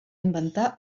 inventar